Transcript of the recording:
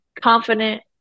confident